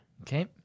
Okay